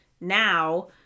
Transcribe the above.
Now